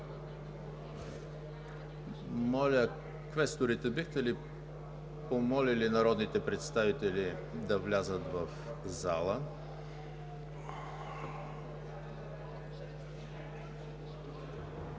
Моля, квесторите, бихте ли помолили народните представители да влязат в залата!